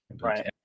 Right